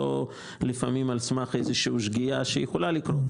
לא על סמך שגיאה שיכולה לקרות.